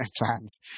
plans